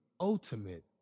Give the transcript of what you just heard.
ultimate